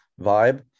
vibe